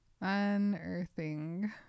unearthing